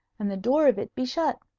and the door of it be shut.